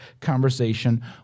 conversation